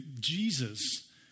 Jesus